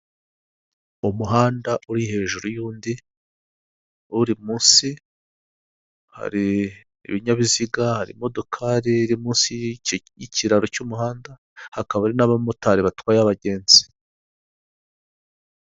Umuhanda uri hejuru y'undi, uri munsi hari ibinyabiziga, hari imodokari iri munsi y'ikiraro cy'umuhanda, hakaba hari n'abamotari batwaye abagenzi.